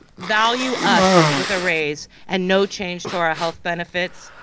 value us with a raise and no change to our health benefits.